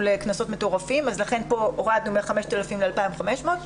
מטורפים ולכן כאן הורדנו מ-5,000 ל-2,500 שקלים.